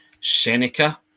Seneca